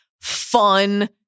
fun